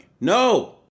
No